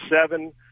seven